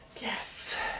Yes